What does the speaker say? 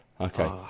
Okay